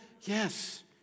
Yes